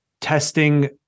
testing